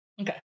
Okay